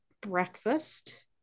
breakfast